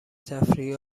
تفریحی